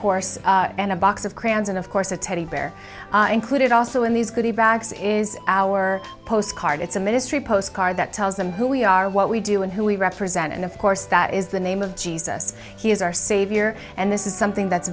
course and a box of crayons and of course a teddy bear included also in these goody bags is our postcard it's a ministry postcard that tells them who we are what we do and who we represent and of course that is the name of jesus he is our savior and this is something that's